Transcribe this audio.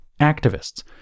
Activists